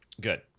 good